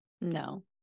No